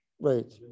right